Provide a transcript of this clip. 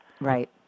Right